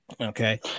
Okay